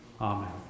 Amen